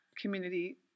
community